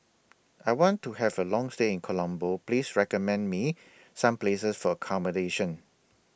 I want to Have A Long stay in Colombo Please recommend Me Some Places For accommodation